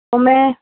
تو میں